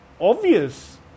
obvious